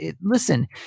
Listen